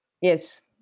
yes